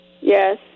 Yes